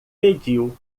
pediu